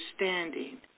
understanding